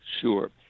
Sure